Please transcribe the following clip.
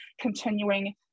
continuing